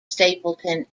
stapleton